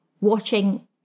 watching